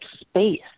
space